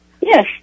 Yes